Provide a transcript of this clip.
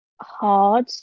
hard